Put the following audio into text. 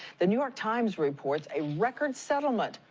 the new york times reports a record settlement,